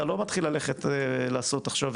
אתה לא מתחיל ללכת לעשות עכשיו,